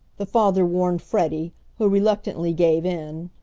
the father warned freddie, who reluctantly gave in.